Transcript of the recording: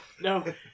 no